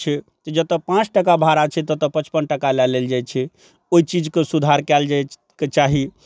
जतऽ पाँच टका भाड़ा छै ततऽ पचपन टका लऽ लेल जाए छै ओहि चीजके सुधार कएल जाएके चाही